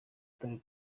atari